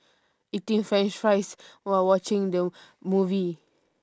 eating french fries while watching the movie